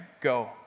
Go